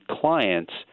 clients